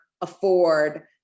afford